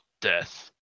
death